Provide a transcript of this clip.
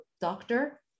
doctor